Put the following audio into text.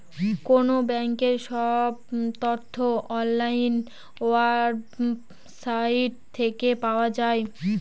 কোনো ব্যাঙ্কের সব তথ্য অনলাইন ওয়েবসাইট থেকে পাওয়া যায়